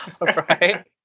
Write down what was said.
right